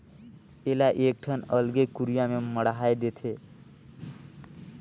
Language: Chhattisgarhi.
एला एकठन अलगे कुरिया में मढ़ाए देथे